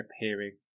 appearing